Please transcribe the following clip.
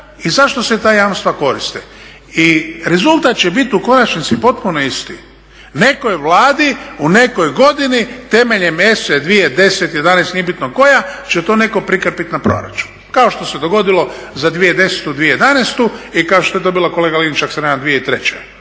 i zašto se ta jamstva koriste. I rezultat će biti u konačnici potpuno isti. Neko je Vladi u nekoj godini temeljem ESA 2010., 2011., nije bitno koja će to neko prikrpit na proračun kao što se dogodilo za 2010., 2011. i kao što je to bilo kolega Linić ako se ne varam 2003.